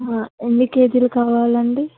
ఎన్ని కేజీలు కావాలండి